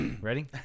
Ready